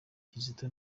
kizito